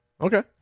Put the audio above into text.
Okay